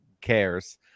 cares